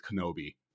Kenobi